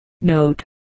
note